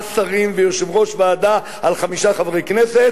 ארבעה שרים ויושב-ראש ועדה על חמישה חברי כנסת,